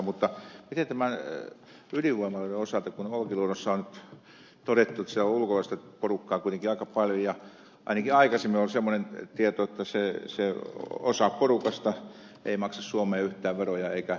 mutta miten ydinvoimaloiden osalta kun olkiluodosta on nyt todettu että siellä on ulkomaista porukkaa kuitenkin aika paljon ja ainakin aikaisemmin oli semmoinen tieto että osa porukasta ei maksa suomeen yhtään veroja eikä sotumaksuja